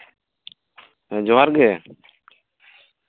ᱡᱚᱦᱟᱨ ᱜᱮ